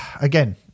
again